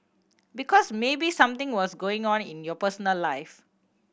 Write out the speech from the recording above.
because maybe something was going on in your personal life